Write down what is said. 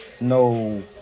no